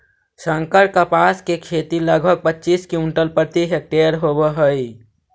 संकर कपास के खेती लगभग पच्चीस क्विंटल प्रति हेक्टेयर होवऽ हई